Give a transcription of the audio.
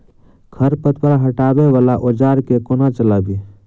खरपतवार हटावय वला औजार केँ कोना चलाबी?